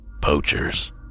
poachers